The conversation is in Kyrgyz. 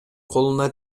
колуна